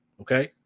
Okay